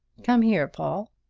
come here, paul!